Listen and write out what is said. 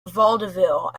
vaudeville